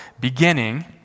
beginning